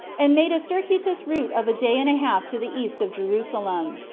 and made a cir cuitous route of a day and a half to the east of jerusalem.